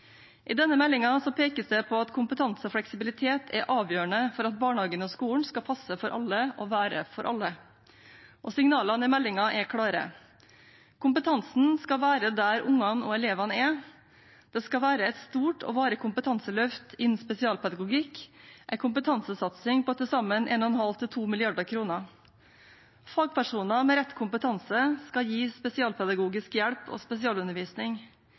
skolen skal passe for alle og være for alle. Og signalene i meldingen er klare: Kompetansen skal være der ungene og elevene er. Det skal være et stort og varig kompetanseløft innen spesialpedagogikk, en kompetansesatsing på til sammen 1,5–2 mrd. kr. Fagpersoner med rett kompetanse skal gi spesialpedagogisk hjelp og spesialundervisning.